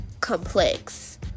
complex